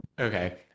okay